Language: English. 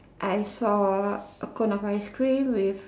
I saw a cone of ice cream with